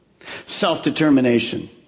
Self-determination